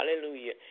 Hallelujah